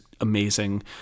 amazing